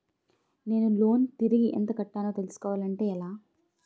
నేను లోన్ తిరిగి ఎంత కట్టానో తెలుసుకోవాలి అంటే ఎలా?